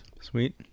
Sweet